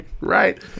Right